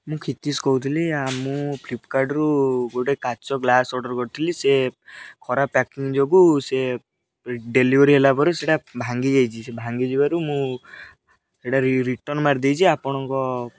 ମୁଁ କ୍ଷୀତିଶ କହୁଥିଲି ଆ ମୁଁ ଫ୍ଲିପକାର୍ଟ୍ରୁ ଗୋଟେ କାଚ ଗ୍ଲାସ୍ ଅର୍ଡ଼ର କରିଥିଲି ସେ ଖରାପ ପ୍ୟାକିଂ ଯୋଗୁଁ ସେ ଡେଲିଭରି ହେଲା ପରେ ସେଟା ଭାଙ୍ଗି ଯାଇଛି ସେ ଭାଙ୍ଗିଯିବାରୁ ମୁଁ ସେଟା ରିଟର୍ଣ୍ଣ ମାରିଦେଇଛି ଆପଣଙ୍କ